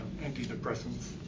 antidepressants